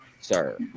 sir